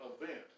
event